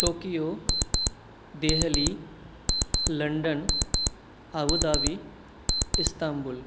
Tokyo Delhi London Abu Dhabi Istanbul